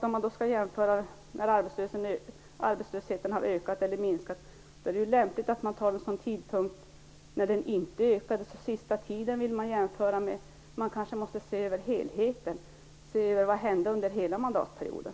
Om man vill jämföra när arbetslösheten har ökat eller minskat väljer man förstås gärna en tidpunkt när den inte ökade, dvs. mandatperiodens sista tid. Man kanske måste se till helheten - till vad som hände under hela mandatperioden.